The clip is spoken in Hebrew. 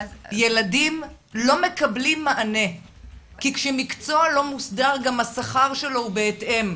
ילדים לא מקבלים מענה כי כשמקצוע לא מוסדר גם השכר שלו הוא בהתאם.